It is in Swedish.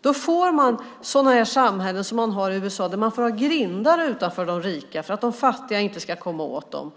Då får man sådana samhällen som man har i USA där man får ha grindar utanför de rika för att de fattiga inte ska komma åt dem.